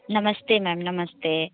नमस्ते मैम नमस्ते